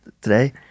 today